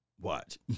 watch